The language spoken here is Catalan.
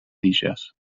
tiges